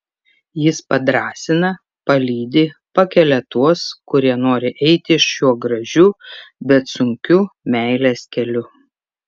jis padrąsina palydi pakelia tuos kurie nori eiti šiuo gražiu bet sunkiu meilės keliu